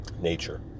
nature